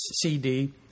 CD